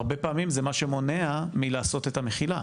הרבה פעמים זה מה שמונע מלעשות את ה"מחילה"